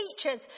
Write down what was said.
teachers